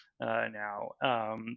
now